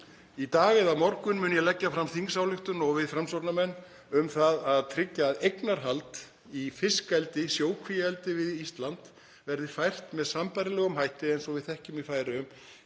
Í dag eða á morgun mun ég leggja fram þingsályktunartillögu, og við Framsóknarmenn, um að tryggja að eignarhald í fiskeldi, sjókvíaeldi við Ísland, verði fært með sambærilegum hætti og við þekkjum í Færeyjum,